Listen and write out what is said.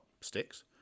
sticks